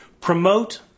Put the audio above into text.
Promote